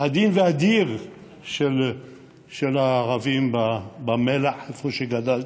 ועדין של הערבים במלאח, איפה שגדלתי.